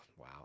wow